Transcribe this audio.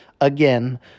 again